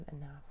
enough